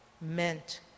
meant